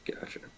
Gotcha